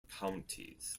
counties